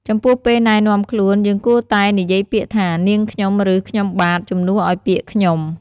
ចំពោះពេលណែនាំខ្លួន យើងគួរតែនិយាយពាក្យថា "នាងខ្ញុំ" ឬ "ខ្ញុំបាទ" ជំនួសឲ្យពាក្យ "ខ្ញុំ"។